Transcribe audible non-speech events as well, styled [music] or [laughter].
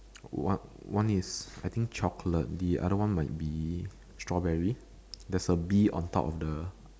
[noise] one one is I think chocolate the other one might be strawberry there's a bee on top of the